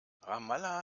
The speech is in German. ramallah